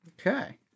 Okay